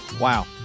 Wow